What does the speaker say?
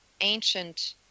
ancient